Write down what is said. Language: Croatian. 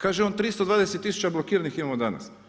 Kaže on 320000 blokiranih imamo danas.